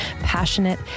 passionate